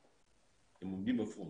הם עומדים בפרונט.